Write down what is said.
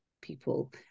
people